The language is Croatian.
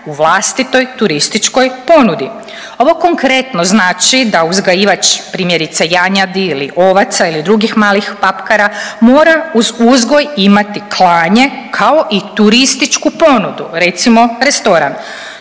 u vlastitoj turističkoj ponudi. Ovo konkretno znači da uzgajivač primjerice janjadi ili ovaca ili drugih malih papkara mora uz uzgoj imati klanje kao i turističku ponudu recimo restoran